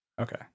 okay